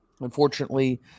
unfortunately